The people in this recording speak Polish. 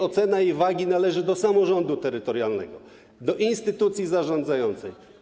Ocena jej wagi należy do samorządu terytorialnego, do instytucji zarządzającej.